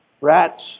rats